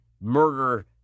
murder